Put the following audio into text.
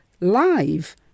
live